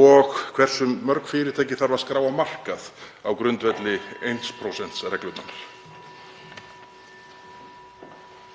og hversu mörg fyrirtæki þarf að skrá á markað á grundvelli 1%-reglunnar.